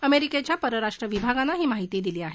अमेरिकेच्या परराष्ट्र विभागानं ही माहिती दिली आहे